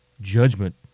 judgment